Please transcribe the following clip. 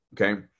Okay